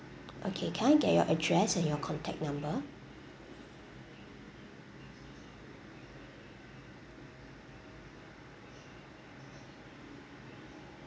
okay can I get your address and your contact number